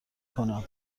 کنم